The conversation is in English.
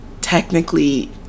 technically